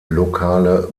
lokale